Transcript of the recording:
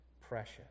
precious